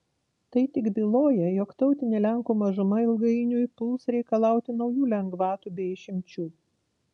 tai tik byloja jog tautinė lenkų mažuma ilgainiui puls reikalauti naujų lengvatų bei išimčių